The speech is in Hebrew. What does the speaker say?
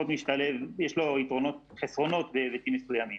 משתלב, יש לו חסרונות בהיבטים מסוימים.